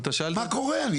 מה קורה?